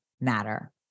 matter